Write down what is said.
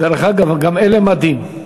דרך אגב, גם אלה מדים.